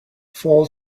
fall